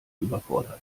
überfordert